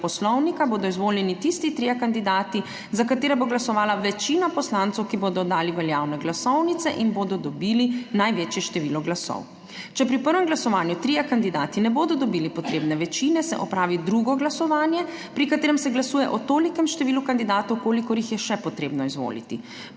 Poslovnika bodo izvoljeni tisti trije kandidati, za katere bo glasovala večina poslancev, ki bodo oddali veljavne glasovnice in bodo dobili največje število glasov. Če pri prvem glasovanju trije kandidati ne bodo dobili potrebne večine, se opravi drugo glasovanje, pri katerem se glasuje o tolikem številu kandidatov, kolikor jih je še potrebno izvoliti.